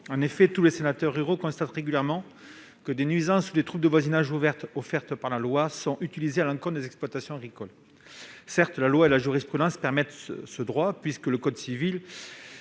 En effet, tous les sénateurs ruraux le constatent régulièrement, des nuisances ou des troubles de voisinage reconnus par la loi sont utilisés à l'encontre d'exploitations agricoles. Certes, la loi et la jurisprudence reconnaissent ce droit, puisque le code civil